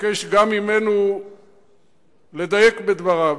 ומבקש גם ממנו לדייק בדבריו